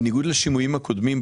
בניגוד לשימועים הקודמים,